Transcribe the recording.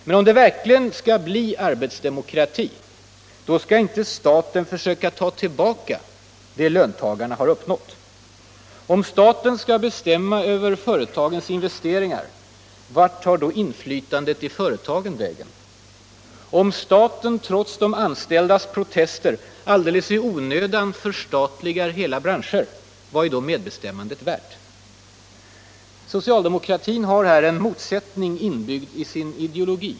Men om det verkligen skall bli arbetsdemokrati, då skall inte staten försöka ta tillbaka det som löntagarna har uppnått. Om staten skall bestämma över företagens investeringar, vart tar då inflytandet i företagen vägen? Om staten trots de anställdas protester alldeles i onödan förstatligar hela branscher, vad är då medbestämmandet värt? Socialdemokratin har här en motsättning inbyggd i sin ideologi.